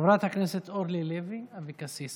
חברת הכנסת אורלי לוי אבקסיס,